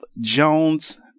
Jones